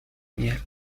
miel